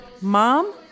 Mom